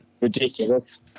ridiculous